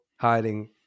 hiding